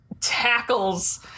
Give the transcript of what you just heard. tackles